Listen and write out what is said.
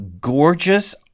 gorgeous